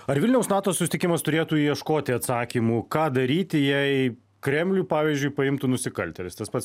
ar vilniaus nato susitikimas turėtų ieškoti atsakymų ką daryti jei kremlių pavyzdžiui paimtų nusikaltėlis tas pats